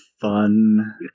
fun